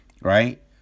right